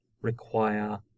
require